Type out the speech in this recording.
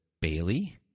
Bailey